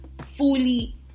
fully